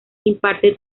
imparte